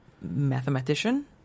mathematician